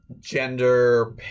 gender